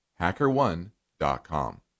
Hackerone.com